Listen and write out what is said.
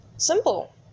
simple